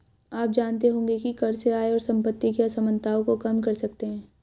आप जानते होंगे की कर से आय और सम्पति की असमनताओं को कम कर सकते है?